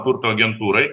turto agentūrai